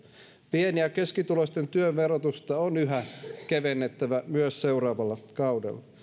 pieni ja keskituloisten työn verotusta on yhä kevennettävä myös seuraavalla kaudella